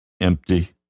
empty